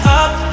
up